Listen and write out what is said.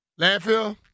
Landfill